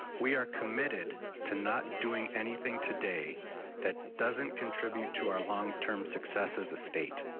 we are committed to not doing anything today that doesn't contribute to our long-term success as a state,